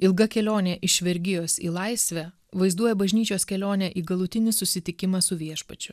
ilga kelionė iš vergijos į laisvę vaizduoja bažnyčios kelionę į galutinį susitikimą su viešpačiu